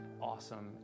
awesome